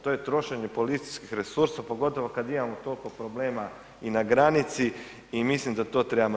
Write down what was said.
To je trošenje policijskih resursa, pogotovo kad imamo toliko problema i na granici i mislim da to trebamo.